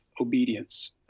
obedience